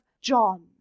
John